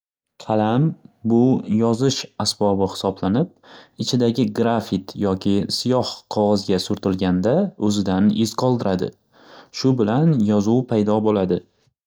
Qalam bu yozish asbobi xisoblanib ichidagi grafit yoki siyoh qog'ozga surtilganda o'zidan iz qoldiradi shu bilan yozuv paydo bo'ladi.